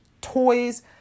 toys